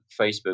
Facebook